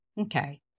Okay